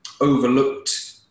overlooked